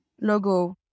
logo